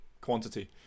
quantity